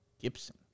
Gibson